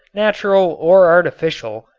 natural or artificial,